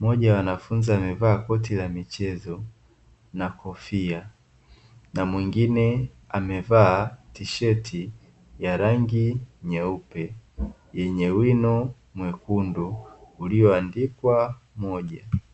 Moja ya wanafunzi wamevaa koti la michezo na kofia, na mwingine amevaa tisheti ya rangi nyeupe, yenye wino mwekundu ulioandikwa moja.